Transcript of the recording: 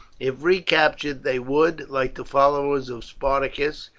if recaptured they would, like the followers of spartacus,